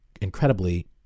incredibly